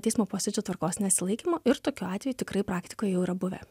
teismo posėdžio tvarkos nesilaikymo ir tokių atvejų tikrai praktikoj jau yra buvę